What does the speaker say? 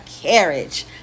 carriage